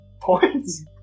points